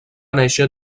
néixer